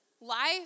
life